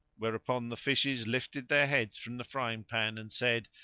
whereupon the fishes lifted their heads from the frying pan and said,